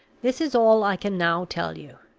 this is all i can now tell you.